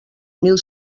mil